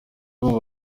bamwe